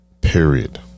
Period